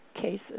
cases